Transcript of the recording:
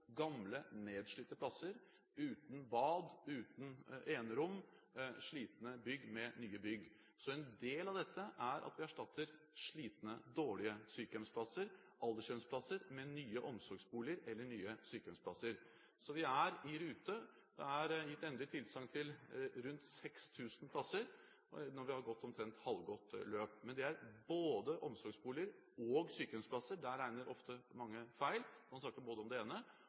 gamle, nedslitte plasser uten bad, uten enerom, og om å erstatte slitne bygg med nye bygg. Så en del av dette er at vi erstatter slitne, dårlige sykehjemsplasser og aldershjemsplasser med nye omsorgsboliger eller nye sykehjemsplasser. Vi er i rute. Det er gitt endelig tilsagn til rundt 6 000 plasser når vi har gått omtrent halvgått løp. Men det er både omsorgsboliger og sykehjemsplasser – der regner ofte mange feil – man snakker